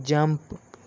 jump